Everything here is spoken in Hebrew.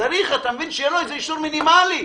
צריך שיהיה לו אישור מינימלי,